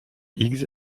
higgs